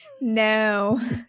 No